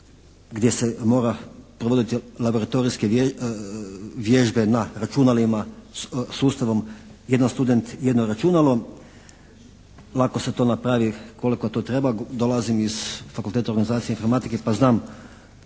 gdje se moraju provoditi laboratorijske vježbe na računalima sustavom jedan student jedno računalo. Lako se to napravi koliko to treba. Dolazim iz Fakulteta organizacije informacije pa znam